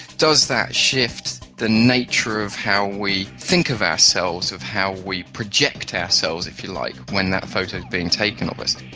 does that shift the nature of how we think of ourselves, of how we project ourselves, if you like, when that photo is being taken of us.